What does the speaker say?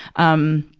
um,